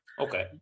Okay